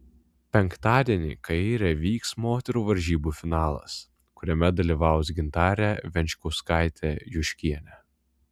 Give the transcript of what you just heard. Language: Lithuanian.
penktadienį kaire vyks moterų varžybų finalas kuriame dalyvaus gintarė venčkauskaitė juškienė